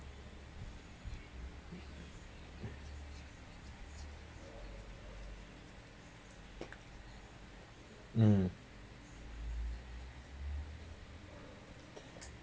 um